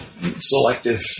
selective